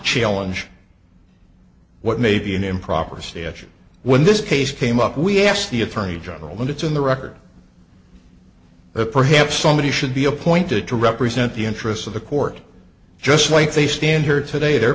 challenge what may be an improper statute when this case came up we asked the attorney general and it's in the record that perhaps somebody should be appointed to represent the interests of the court just like they stand here today their